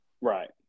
Right